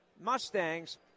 Mustangs